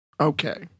Okay